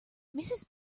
mrs